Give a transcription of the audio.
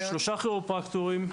שלושה כירופרקטורים.